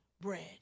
bread